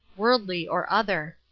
worldly or other.